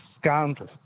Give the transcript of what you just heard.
scandal